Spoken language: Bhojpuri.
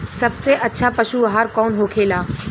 सबसे अच्छा पशु आहार कौन होखेला?